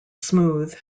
smooth